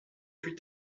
plus